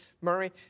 Murray